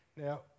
Now